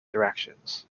directions